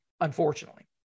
unfortunately